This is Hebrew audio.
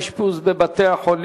בנושא: מצוקת האשפוז בבתי-החולים.